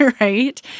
right